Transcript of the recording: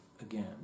again